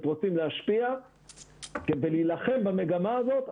רוצים להשפיע כדי להילחם במגמה הזאת,